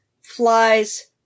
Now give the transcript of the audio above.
flies